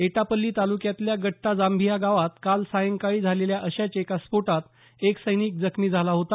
एटापछ्ली तालुक्यातल्या गट्टा जांभिया गावात काल सायंकाळी झालेल्या अशाच एका स्फोटात एक सैनिक जखमी झाला होता